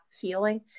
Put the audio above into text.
feeling